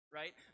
right